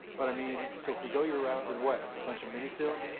but i mean so, if we go your route with what? a bunch of mini-fields?